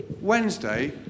Wednesday